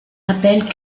rappellent